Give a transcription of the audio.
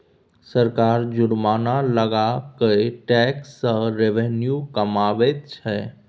सरकार जुर्माना लगा कय टैक्स सँ रेवेन्यू कमाबैत छै